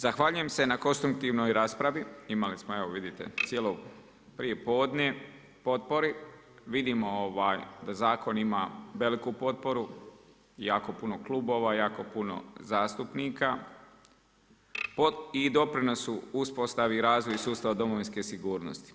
Zahvaljujem se na konstruktivnoj raspravi, imali smo evo vidite cijelo prije podne potpore, vidimo da zakon ima veliku potporu, jako puno klubova, jako puno zastupnika i doprinosu, uspostavi i razvoju sustava Domovinske sigurnosti.